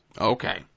Okay